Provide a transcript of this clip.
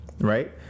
right